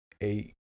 eight